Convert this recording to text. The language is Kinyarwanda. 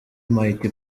mighty